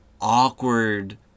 awkward